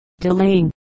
delaying